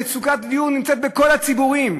מצוקת הדיור נמצאת בכל הציבורים.